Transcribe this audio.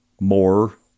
more